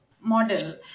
model